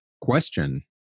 question